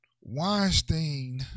Weinstein